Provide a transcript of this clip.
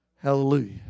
Hallelujah